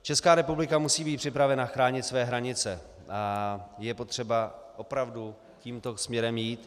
Česká republika musí být připravena chránit své hranice a je potřeba opravdu tímto směrem jít.